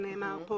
שנאמר פה,